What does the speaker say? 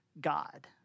God